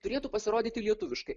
turėtų pasirodyti lietuviškai